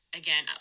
again